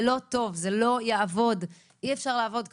זה לא טוב, זה לא יעבוד, אי אפשר לעבוד ככה.